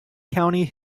county